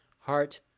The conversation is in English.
heart